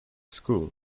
school